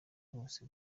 bose